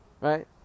right